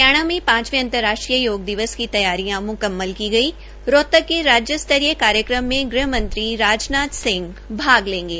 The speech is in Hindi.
हरियाणा में पांचवें अंतर्राष्ट्रीय योग दिवस की तैयारियां म्कम्मल की गई रोहतक के राज्य स्तरीय कार्यक्रम में ग़हमंत्री अमित शाह भाग लेगें